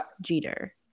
Jeter